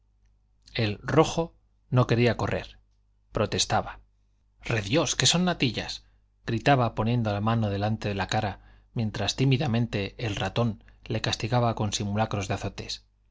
el rojo no quería correr protestaba rediós qué son natillas gritaba poniendo la mano delante de la cara mientras tímidamente el ratón le castigaba con simulacros